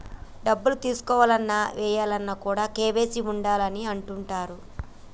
డబ్బులు తీసుకోవాలన్న, ఏయాలన్న కూడా కేవైసీ ఉండాలి అని అంటుంటరు